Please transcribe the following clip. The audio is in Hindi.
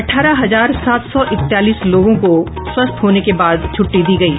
अठारह हजार सात सौ इक्तालीस लोगों को स्वस्थ होने के बाद छुट्टी दी गयी